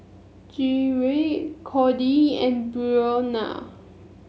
Gerrit Cordie and Brionna